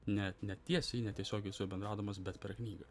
net ne tiesiai ne tiesiogiai su juo bendraudamas bet per knygą